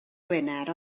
gwener